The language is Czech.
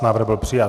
Návrh byl přijat.